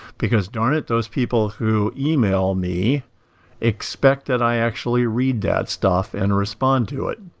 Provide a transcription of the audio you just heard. because darn it, those people who e mail me expect that i actually read that stuff and respond to it.